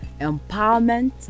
empowerment